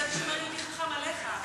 אני חשבתי שהוא אומר "יהודי חכם" עליך.